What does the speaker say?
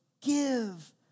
give